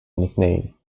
nickname